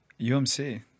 UMC